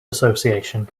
association